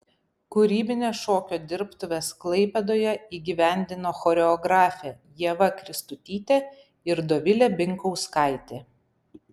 kūrybines šokio dirbtuves klaipėdoje įgyvendino choreografė ieva kristutytė ir dovilė binkauskaitė